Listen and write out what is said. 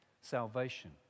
Salvation